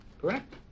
Correct